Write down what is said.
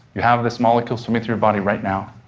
you have this molecule swimming through your body right now.